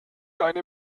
eine